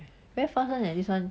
very fast [one] leh this one